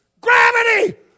gravity